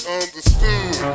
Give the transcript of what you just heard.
understood